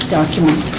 document